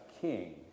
king